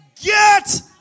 get